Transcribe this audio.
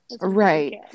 Right